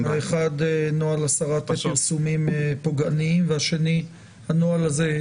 האחד נוהל הסרת פרסומים פוגעניים והשני הנוהל הזה,